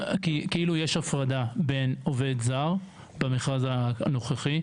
כי כאילו יש הפרדה בין עובד זר, במכרז הנוכחי.